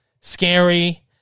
scary